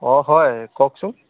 অঁ হয় কওকচোন